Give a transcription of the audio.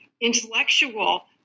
intellectual